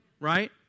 Right